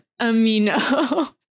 amino